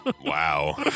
Wow